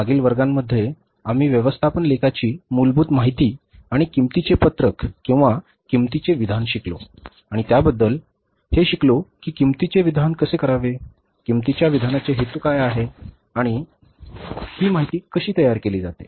मागील वर्गांमध्ये आम्ही व्यवस्थापन लेखाची मूलभूत माहिती आणि किंमतीचे पत्रक किंवा किंमतीचे विधान शिकलो आणि त्याबद्दल हे शिकलो की किंमतीचे विधान कसे करावे किंमतीच्या विधानाचे हेतू काय आहे आणि ही माहिती कशी तयार केली जाते